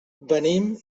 venim